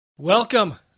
Welcome